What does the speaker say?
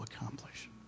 accomplish